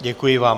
Děkuji vám.